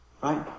right